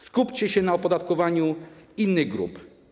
Skupcie się na opodatkowaniu innych grup.